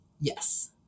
Yes